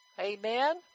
Amen